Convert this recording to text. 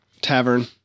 tavern